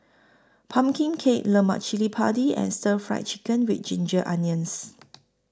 Pumpkin Cake Lemak Cili Padi and Stir Fried Chicken with Ginger Onions